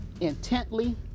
intently